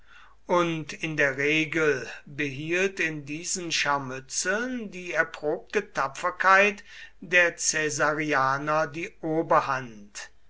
und in der regel behielt in diesen scharmützeln die erprobte tapferkeit der caesarianer die oberhand